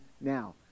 now